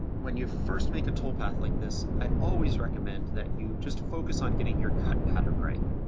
when you first make a toolpath like this, i always recommend that you just focus on getting your cut pattern right.